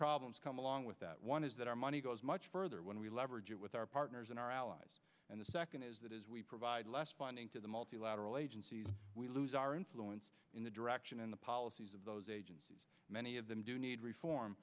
problems come along with that one is that our money goes much further when we leverage it with our partners and our allies and the second is that as we provide less funding to the multilateral agencies we lose our influence in the direction and the policies of those agencies many of them do need reform